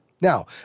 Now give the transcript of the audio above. Now